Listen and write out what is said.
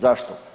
Zašto?